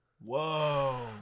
whoa